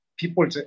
people